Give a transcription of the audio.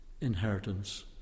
inheritance